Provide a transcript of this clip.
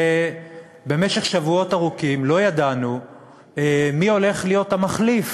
ובמשך שבועות ארוכים לא ידענו מי הולך להיות המחליף